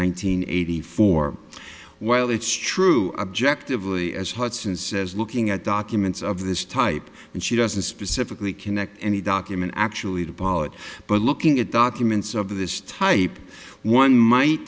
hundred eighty four while it's true objectively as hudson says looking at documents of this type and she doesn't specifically connect any document actually to pollard but looking at documents of this type one might